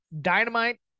Dynamite